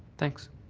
thanks.